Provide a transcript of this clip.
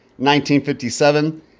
1957